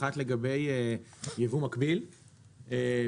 אחת לגבי ייבוא מקביל,